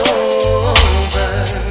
over